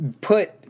put –